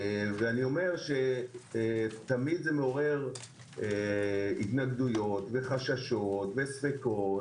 תמיד זה מעורר התנגדויות וחששות וספקות,